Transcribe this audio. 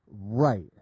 Right